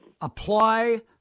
apply